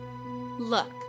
Look